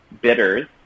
Bitters